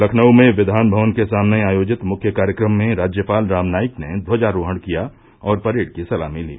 लखनऊ में विघानभवन के सामने आयोजित मुख्य कार्यक्रम में राज्यपाल राम नाईक ने ध्वजारोहण किया और परेड की सलामी ली